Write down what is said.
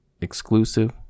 Exclusive